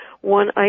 one